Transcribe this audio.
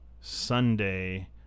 Sunday